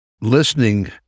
listening